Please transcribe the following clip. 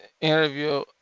interview